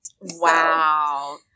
Wow